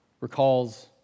recalls